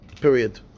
period